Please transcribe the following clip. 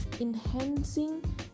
enhancing